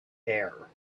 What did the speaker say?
air